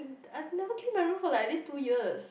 I've never clean my room for like at least two years